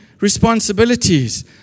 responsibilities